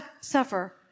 suffer